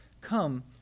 Come